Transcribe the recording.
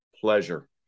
pleasure